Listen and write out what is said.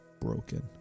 broken